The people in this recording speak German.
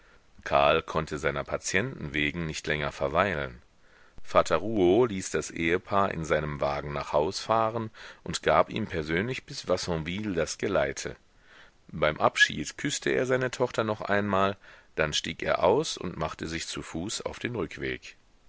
karl konnte seiner patienten wegen nicht länger verweilen vater rouault ließ das ehepaar in seinem wagen nach haus fahren und gab ihm persönlich bis vassonville das geleite beim abschied küßte er seine tochter noch einmal dann stieg er aus und machte sich zu fuß auf den rückweg